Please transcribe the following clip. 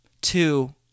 Two